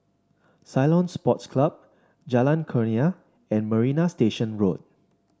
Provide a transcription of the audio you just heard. Ceylon Sports Club Jalan Kurnia and Marina Station Road